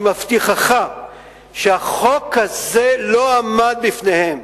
אני מבטיחך שהחוק הזה לא עמד בפניהם.